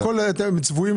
כל היתר צבועים